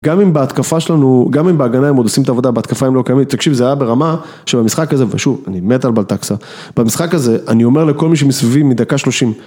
גם אם בהתקפה שלנו, גם אם בהגנה הם עוד עושים את העבודה, בהתקפה הם לא קיימים, תקשיב זה היה ברמה שבמשחק הזה, ושוב אני מת על בלטקסה, במשחק הזה אני אומר לכל מי שמסביבי מדקה שלושים